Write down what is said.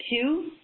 two